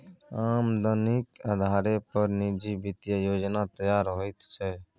आमदनीक अधारे पर निजी वित्तीय योजना तैयार होइत छै